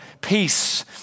peace